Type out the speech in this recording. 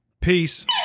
Peace